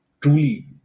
truly